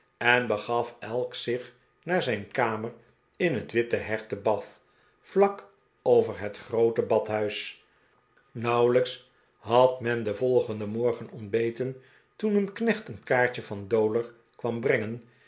en begaf elk zich naar zijn kamer in het witte hert te bath vlak over het groote badhuis nauwelijks had men den volgenden morgen ontbeten toen een knecht een kaartje van dowler kwam brengen